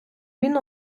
він